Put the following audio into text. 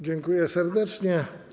Dziękuję serdecznie.